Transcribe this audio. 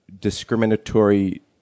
discriminatory